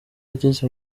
ageze